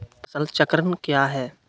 फसल चक्रण क्या है?